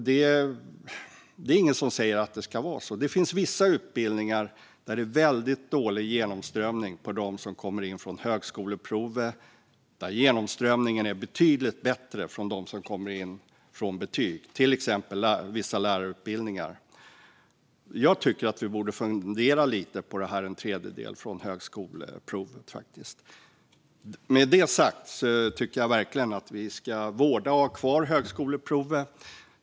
Men det är ingen som säger att det ska vara så. Det finns vissa utbildningar där det är väldigt dålig genomströmning i fråga om dem som kommer in genom högskoleprovet, och där det är betydligt bättre genomströmning i fråga om dem som kommer in på betyg. Det gäller till exempel vissa lärarutbildningar. Jag tycker faktiskt att vi borde fundera lite grann på detta med att en tredjedel ska komma in genom högskoleprovet. Med detta sagt tycker jag verkligen att vi ska vårda och ha kvar högskoleprovet.